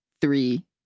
three